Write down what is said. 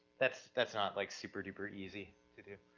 that's, that's not like super-duper easy to do.